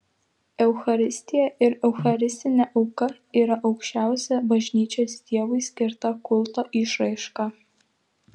eucharistija ir eucharistinė auka yra aukščiausia bažnyčios dievui skirta kulto išraiška